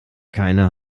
keiner